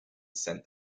sent